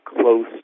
close